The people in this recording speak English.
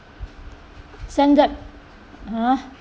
send back !huh!